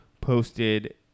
posted